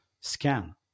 scan